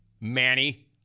Manny